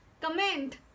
comment